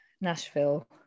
Nashville